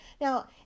Now